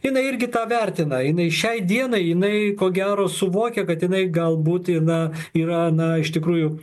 jinai irgi tą vertina jinai šiai dienai jinai ko gero suvokia kad jinai galbūt i na yra na iš tikrųjų